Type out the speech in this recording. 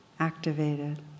activated